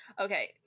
Okay